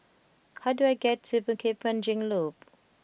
how do I get to Bukit Panjang Loop